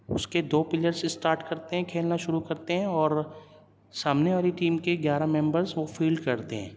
اس کے دو players start کرتے ہیں کھیلنا شروع کرتے ہیں اور سامنے والی ٹیم کے گیارہ ممبرس وہ فیلڈ کرتے ہیں